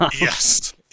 Yes